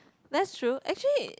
that's true actually